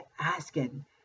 asking